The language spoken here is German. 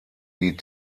die